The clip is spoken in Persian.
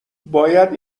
باید